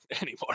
anymore